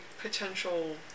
potential